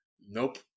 nope